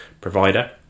provider